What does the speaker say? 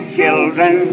children